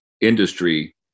industry